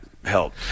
help